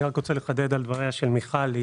אני רוצה לחדד את דבריה של מיכל היימן.